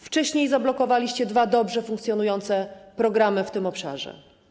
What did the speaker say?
Wcześniej zablokowaliście dwa dobrze funkcjonujące programy w tym obszarze.